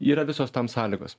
yra visos tam sąlygos